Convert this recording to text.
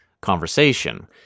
conversation